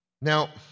Now